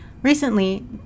Recently